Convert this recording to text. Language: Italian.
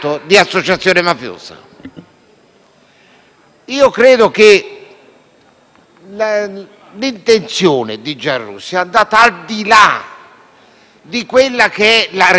Io credo che l'intenzione del senatore Giarrusso sia andata al di là di quella che è la realtà che voleva combattere.